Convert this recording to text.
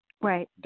Right